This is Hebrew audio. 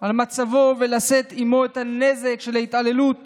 על מצבו ולשאת עימו את הנזק של ההתעללות